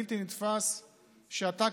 בלתי נתפס שאתה,